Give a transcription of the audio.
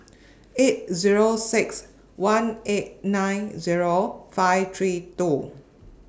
eight Zero six one eight nine Zero five three two